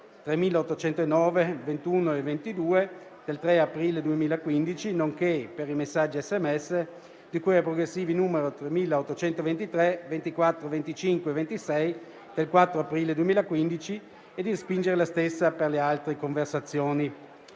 3.809, 3821 e 3822 del 3 aprile 2015, nonché per i messaggi SMS di cui ai progressivi nn. 3823, 3824, 3825 e 3826 del 4 aprile 2015 e di respingere la stessa per le altre conversazioni.